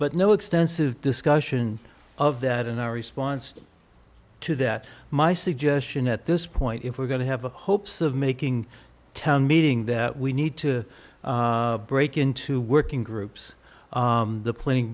but no extensive discussion of that and our response to that my suggestion at this point if we're going to have a hopes of making town meeting that we need to break into working groups the planning